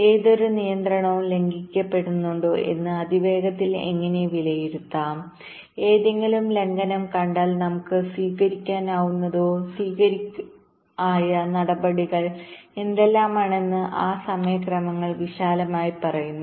ഏതൊരു നിയന്ത്രണവും ലംഘിക്കപ്പെടുന്നുണ്ടോ എന്ന് അതിവേഗത്തിൽ എങ്ങനെ വിലയിരുത്താം എന്തെങ്കിലും ലംഘനം കണ്ടാൽ നമുക്ക് സ്വീകരിക്കാവുന്നതോ സ്വീകരിക്കാവുന്നതോ ആയ നടപടികൾ എന്തെല്ലാമാണെന്ന് ആ സമയക്രമങ്ങൾ വിശാലമായി പറയുന്നു